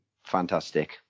fantastic